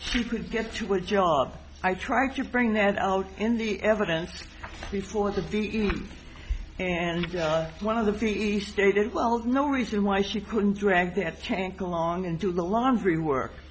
could get to a job i tried to bring that out in the evidence before the video and one of the east stated well no reason why she couldn't drag that tank along and do the laundry work